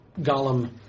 Gollum